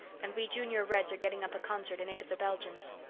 and we junior reds are getting up a concert in aid of the belgians.